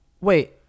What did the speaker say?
Wait